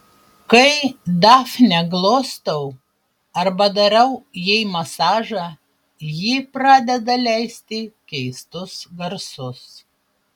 kai dafnę glostau arba darau jai masažą ji pradeda leisti keistus garsus